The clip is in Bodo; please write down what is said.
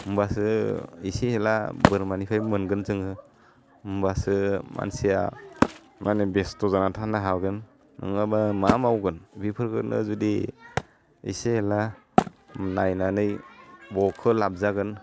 होमबासो एसे एला बोरमानिफ्राय मोनगोन जोङो होमबासो मानसिया माने बेस्थ' जाना थानो हागोन नङाबा मा मावगोन बिफोरखौनो जुदि इसे एला नायनानै बखो लाबजागोन